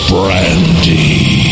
Brandy